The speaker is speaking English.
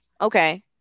okay